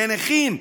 לנכים,